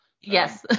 yes